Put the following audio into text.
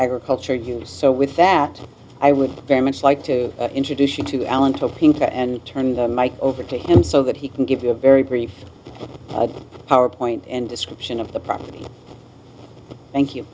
griculture use so with that i would very much like to introduce you to alan talking to and turn the mike over to him so that he can give you a very brief powerpoint and description of the property thank you